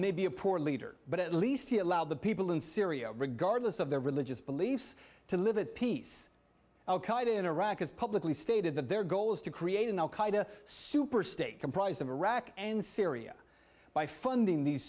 may be a poor leader but at least he allowed the people in syria regardless of their religious beliefs to live in peace in iraq has publicly stated that their goal is to create an al qaeda super state comprised of iraq and syria by funding these